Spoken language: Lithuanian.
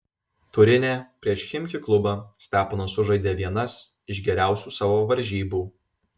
turine prieš chimki klubą steponas sužaidė vienas iš geriausių savo varžybų